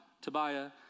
Tobiah